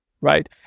right